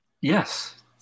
Yes